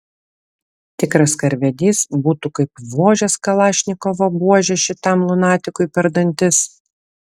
tikras karvedys būtų kaip vožęs kalašnikovo buože šitam lunatikui per dantis